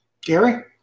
Gary